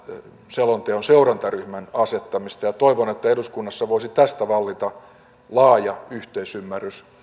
selonteon seurantaryhmän asettamista ja toivon että eduskunnassa voisi tästä vallita laaja yhteisymmärrys